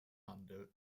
handelt